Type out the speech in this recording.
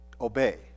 obey